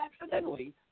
accidentally